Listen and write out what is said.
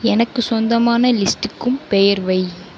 எனக்கு சொந்தமான லிஸ்ட்டுக்கும் பெயர் வை